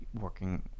working